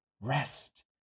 Rest